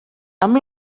amb